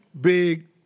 big